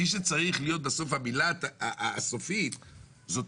מי שצריך להיות בסוף המילה הסופית זאת